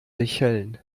seychellen